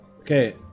Okay